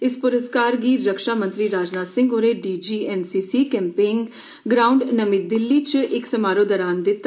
इस पुरस्कार गी रक्षामंत्री राजनाथ सिंह होरें D G N C C camping ground नमीं दिल्ली च इक समारोह दौरान दिता